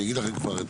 אני אגיד לכם כבר,